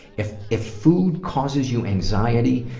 if if food causes you anxiety,